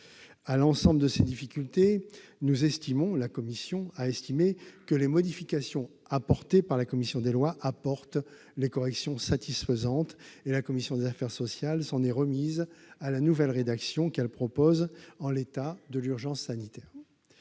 À l'ensemble de ces difficultés, nous estimons que les modifications introduites par la commission des lois apportent des corrections satisfaisantes, et la commission des affaires sociales s'en est remise à la nouvelle rédaction qu'elle propose pour l'état d'urgence sanitaire.